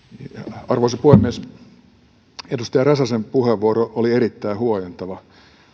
arvoisa puhemies edustaja räsäsen puheenvuoro oli erittäin huojentava